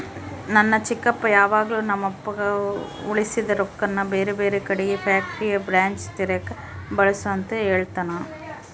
ನನ್ನ ಚಿಕ್ಕಪ್ಪ ಯಾವಾಗಲು ನಮ್ಮಪ್ಪಗ ಉಳಿಸಿದ ರೊಕ್ಕನ ಬೇರೆಬೇರೆ ಕಡಿಗೆ ಫ್ಯಾಕ್ಟರಿಯ ಬ್ರಾಂಚ್ ತೆರೆಕ ಬಳಸು ಅಂತ ಹೇಳ್ತಾನಾ